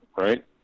right